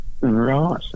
Right